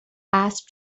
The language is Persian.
اسب